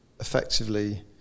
effectively